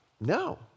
No